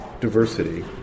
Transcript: diversity